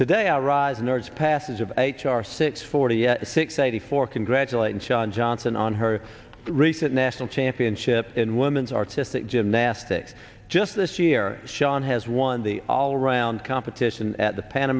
today i rise nerds passage of h r six forty six eighty four congratulating shawn johnson on her recent national championship in women's artistic gymnastics just this year sean has won the all round competition at the pan